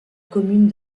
commune